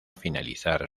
finalizar